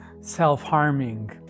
self-harming